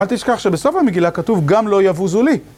אל תשכח שבסוף המגילה כתוב, גם לא יבוזו לי.